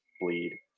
bleed